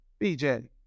BJ